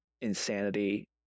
insanity